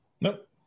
Nope